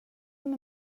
med